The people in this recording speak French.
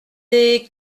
des